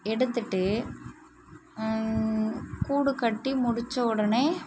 எடுத்துகிட்டு கூடு கட்டி முடித்த உடனே